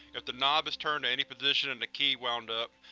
if the knob is turned to any position and the key wound up,